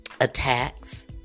attacks